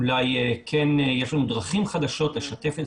אולי כן יש לנו דרכים חדשות לשתף את